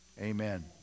Amen